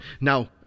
Now